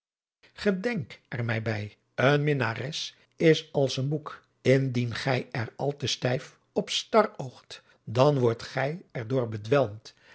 er mij bij een minnares is als een boek indien gij er al te stijf op staroogt dan wordt gij